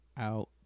out